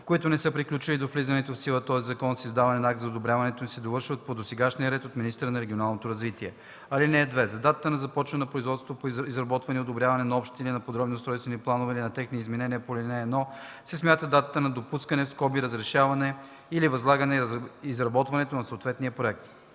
които не са приключили до влизането в сила на този закон с издаване на акт за одобряването им, се довършват по досегашния ред от министъра на регионалното развитие. (2) За дата на започване на производство по изработване и одобряване на общи или на подробни устройствени планове или на техните изменения по ал. 1 се смята датата на допускане (разрешаване) или възлагане изработването на съответния проект.